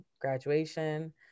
graduation